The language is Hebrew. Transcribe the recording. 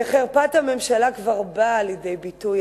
וחרפת הממשלה כבר באה לידי ביטוי,